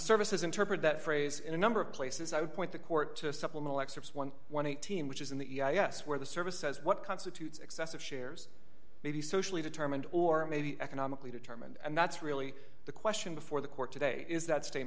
services interpret that phrase in a number of places i would point the court to supplemental excerpts eleven thousand which is in the us where the service says what constitutes excessive shares may be socially determined or maybe economically determined and that's really the question before the court today is that s